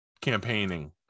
campaigning